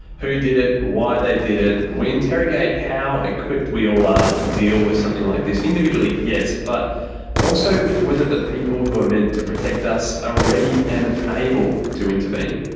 who did it. why they did it. we interrogate how equipped we all are to deal with something like this individually, yes but also whether the people who are meant to protect us are ready, and able to intervene.